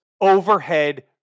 overhead